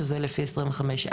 שזה לפי 25(א),